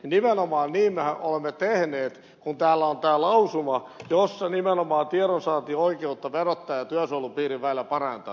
nimenomaan niin me olemme tehneet kun täällä on tämä lausuma jossa nimenomaan tiedonsaantioikeutta verottaja ja työsuojelupiirin väellä parannetaan